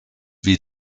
wie